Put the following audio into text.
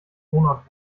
wohnort